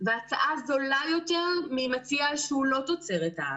וההצעה זולה יותר ממציע שהוא לא תוצרת הארץ,